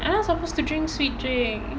I'm not supposed to drink sweet drinks